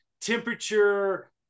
temperature